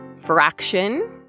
Fraction